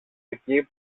εκεί